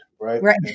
right